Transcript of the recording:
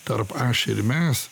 tarp aš ir mes